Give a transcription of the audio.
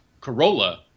Corolla